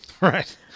right